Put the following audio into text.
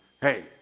Hey